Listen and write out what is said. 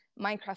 Minecraft